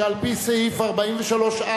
שעל-פי סעיף 43(א)